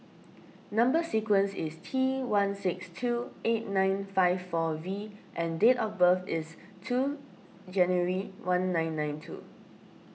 Number Sequence is T one six two eight nine five four V and date of birth is two January one nine nine two